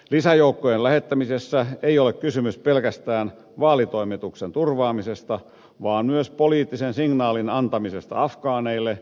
lisäjoukkojen lähettämisessä ei ole kysymys pelkästään vaalitoimituksen turvaamisesta vaan myös poliittisen signaalin antamisesta afgaaneille